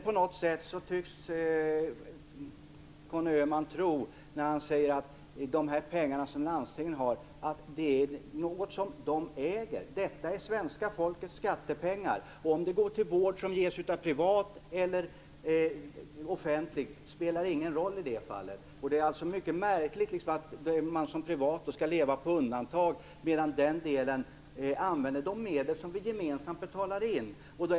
På något sätt tycks Conny Öhman tro när han säger att landstinget har de här pengarna att det är någonting som de äger. Det är svenska folkets skattepengar. Om de går till privat eller offentlig vårdgivare spelar ingen roll i det fallet. Det är mycket märkligt om man som privat vårdgivare skall leva på undantag medan den offentliga vårdgivaren använder de medlen som vi gemensamt betalar in.